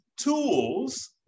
tools